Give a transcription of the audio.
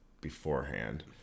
beforehand